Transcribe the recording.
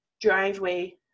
driveway